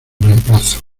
reemplazo